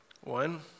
One